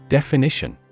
Definition